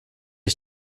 ich